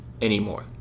anymore